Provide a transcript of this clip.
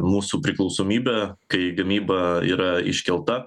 mūsų priklausomybę kai gamyba yra iškelta